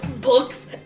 books